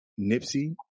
Nipsey